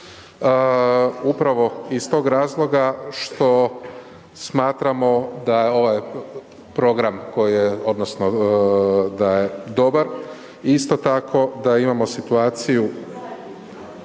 upravo iz tog razloga što smatramo da je ovaj program koji je odnosno da je dobar. Isto tako da imamo situaciju